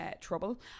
trouble